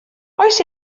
oes